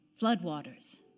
Floodwaters